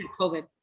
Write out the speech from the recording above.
COVID